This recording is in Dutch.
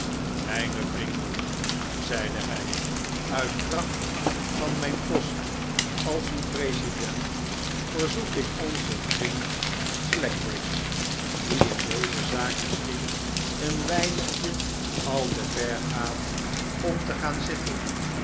mijne vrienden zeide hij uit kracht van mijn post als uw president verzoek ik onzen vriend slackbridge die in deze zaak misschien een weinigje al te ver gaat om te gaan zitten